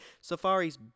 Safari's